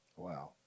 Wow